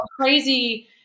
crazy